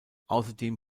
außerdem